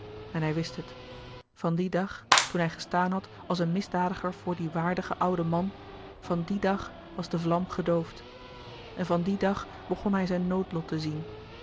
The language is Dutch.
en hij wist het van dien dag toen hij gestaan had als een misdadiger voor dien waardigen ouden man van dien dag was de vlam gedoofd en van dien dag begon hij zijn noodlot te zien